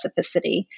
specificity